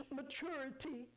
maturity